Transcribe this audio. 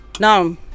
Now